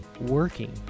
working